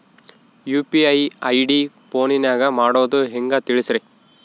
UPI ID ಫೋನಿನಾಗ ಮಾಡೋದು ಹೆಂಗ ತಿಳಿಸ್ರಿ?